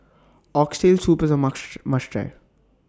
Oxtail Soup IS A must must Try